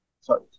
Sorry